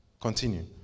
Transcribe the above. Continue